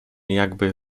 jakby